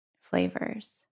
flavors